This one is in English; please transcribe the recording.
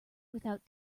without